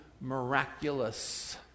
miraculous